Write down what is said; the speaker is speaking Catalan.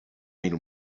bill